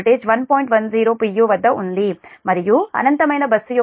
u వద్ద ఉంది మరియు అనంతమైన బస్సు యొక్క వోల్టేజ్ 1 p